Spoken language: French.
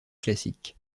classique